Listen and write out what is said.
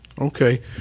Okay